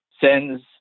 sends